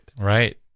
right